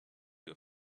you